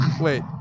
Wait